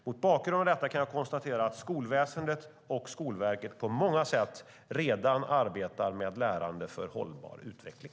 Mot bakgrund av detta kan jag konstatera att skolväsendet och Skolverket på olika sätt redan arbetar med lärande för hållbar utveckling.